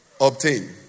obtain